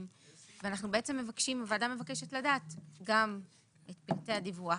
והוועדה מבקשת לדעת גם את פרטי הדיווח,